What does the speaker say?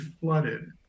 flooded